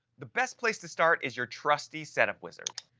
the best place to start is your trusty setup wizard.